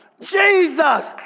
Jesus